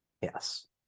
yes